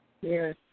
Yes